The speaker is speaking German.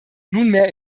nunmehr